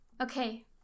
okay